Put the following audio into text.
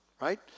right